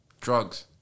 Drugs